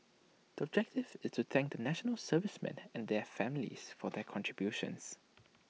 the objective is to thank the National Servicemen and their families for their contributions